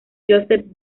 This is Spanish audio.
josep